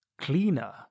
cleaner